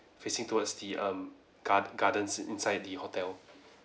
facing towards the um gard~ gardens inside the hotel